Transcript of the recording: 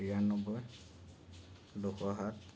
বিৰান্নবৈ দুশ সাত